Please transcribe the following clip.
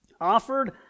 offered